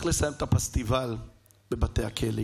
צריך לסיים את הפסטיבל בבתי הכלא.